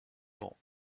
grand